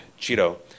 Cheeto